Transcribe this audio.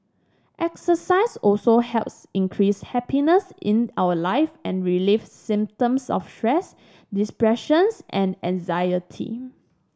exercise also helps increase happiness in our life and relieve symptoms of stress depressions and anxiety